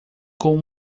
com